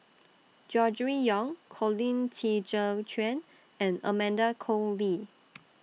Gregory Yong Colin Qi Zhe Quan and Amanda Koe Lee